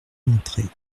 d’entrer